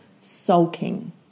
Sulking